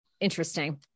interesting